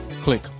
Click